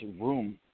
room